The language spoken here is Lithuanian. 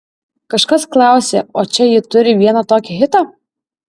kažkas klausė o čia ji turi vieną tokį hitą